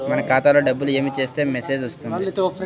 మన ఖాతాలో డబ్బులు ఏమి చేస్తే మెసేజ్ వస్తుంది?